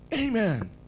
amen